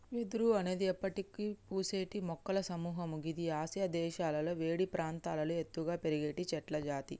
వెదురు అనేది ఎప్పటికి పూసేటి మొక్కల సముహము గిది ఆసియా దేశాలలో వేడి ప్రాంతాల్లో ఎత్తుగా పెరిగేటి చెట్లజాతి